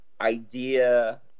idea